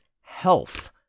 health